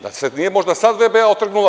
Da se nije možda sad VBA otrgnula…